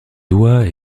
doigts